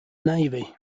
navy